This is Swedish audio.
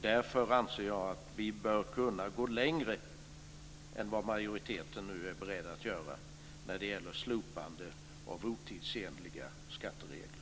Därför anser jag att vi bör kunna gå längre än vad majoriteten nu är beredd att göra när det gäller slopande av otidsenliga skatteregler.